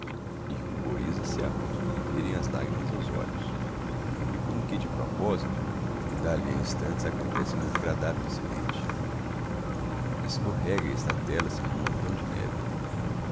e ruboriza se a ponto de lhe virem as lagrimas aos olhos e como que de proposito d'ali a instantes acontece um desagradavel incidente escorrega e estatéla se num montão de neve